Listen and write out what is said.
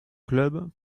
club